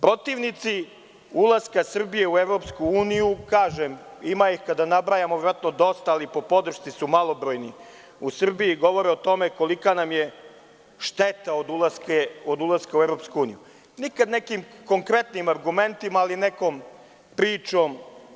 Protivnici ulaska Srbije u EU, kažem, ima ih kada nabrajamo verovatno dosta, ali po podršci su malobrojni, u Srbiji govore o tome kolika nam je šteta od ulaska u EU, nikada nekim konkretnim argumentima, ali nekom pričom.